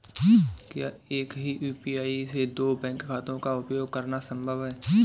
क्या एक ही यू.पी.आई से दो बैंक खातों का उपयोग करना संभव है?